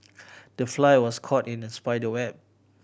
the fly was caught in the spider web